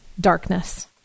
darkness